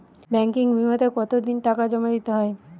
Banking বিমাতে কত দিন টাকা জমা দিতে হয়?